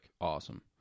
awesome